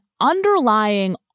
underlying